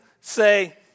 say